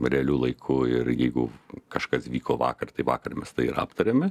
realiu laiku ir jeigu kažkas vyko vakar tai vakar mes tai ir aptarėme